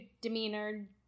demeanor